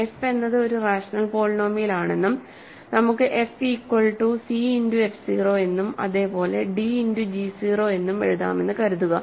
f എന്നത് ഒരു rational പോളിനോമിയലാണെന്നും നമുക്ക് f equal to c into f 0 എന്നും അതേ പോലെ d ഇന്റു g 0 എന്നും എഴുതാമെന്ന് കരുതുക